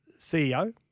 CEO